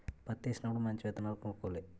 పత్తేసినప్పుడు మంచి విత్తనాలు కొనుక్కోవాలి